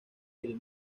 del